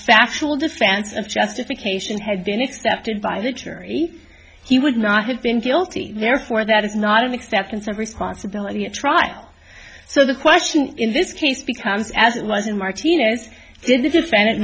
factual defense of justification had been accepted by the jury he would not have been guilty therefore that is not an exact and some responsibility at trial so the question in this case becomes as it was in martinez did the defendant